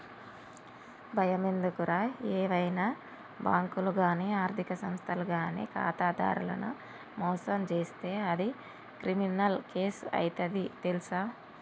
బయమెందుకురా ఏవైనా బాంకులు గానీ ఆర్థిక సంస్థలు గానీ ఖాతాదారులను మోసం జేస్తే అది క్రిమినల్ కేసు అయితది తెల్సా